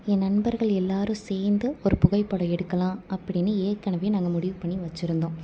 என் நண்பர்கள் எல்லாரும் சேர்ந்து ஒரு புகைப்படம் எடுக்கலாம் அப்படினு ஏற்கனவே நாங்கள் முடிவு பண்ணி வச்சிருந்தோம்